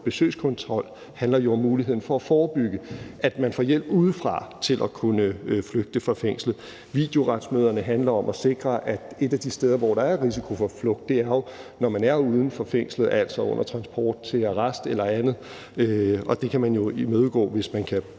besøgskontrol handler jo om muligheden for at forebygge, at man får hjælp udefra til at kunne flygte fra fængslet, og videoretsmøderne handler om at sikre, at man de steder, hvor der er en risiko for flugt, dvs. når nogen er uden for fængslet, altså under transporten til arresten eller andet, kan imødegå det, hvis man kan